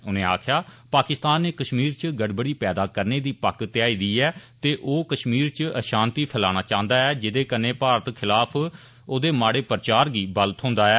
उनें आक्खेआ जे पाकिस्तान नै कष्मीर च गड़बड़ी पैदा करने दी पक्क ध्याई दी ऐ ते ओ कष्मीर च अषांति फैलाना चांहदा ऐ जेह्दे नै भारत खलाफ ओह़दे माड़े प्रचार गी बल हिंदा ऐ